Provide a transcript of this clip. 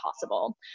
possible